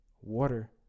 Water